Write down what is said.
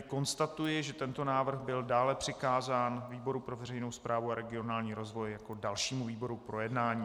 Konstatuji, že tento návrh byl dále přikázán výboru pro veřejnou správu a regionální rozvoj jako dalšímu výboru k projednání.